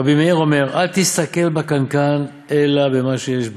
רבי מאיר אומר, אל תסתכל בקנקן אלא במה שיש בו,